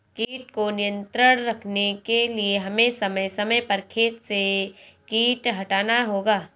कीट को नियंत्रण रखने के लिए हमें समय समय पर खेत से कीट हटाना होगा